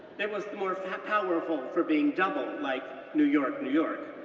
it was more powerful for being double, like new york, new york.